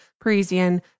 Parisian